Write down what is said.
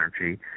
energy